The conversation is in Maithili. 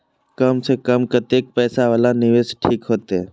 कम से कम कतेक पैसा वाला निवेश ठीक होते?